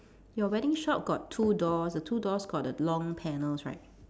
your wedding shop got two doors the two doors got the long panels right